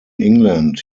england